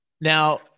Now